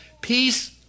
peace